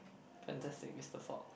Fantastic Mister Fox